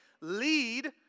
lead